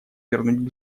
вернуть